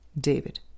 David